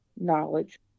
knowledge